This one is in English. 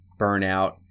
burnout